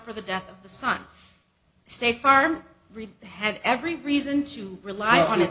for the death of the sun state farm really had every reason to rely on a